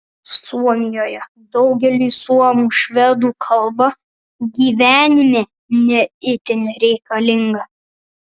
suomijoje daugeliui suomių švedų kalba gyvenime ne itin reikalinga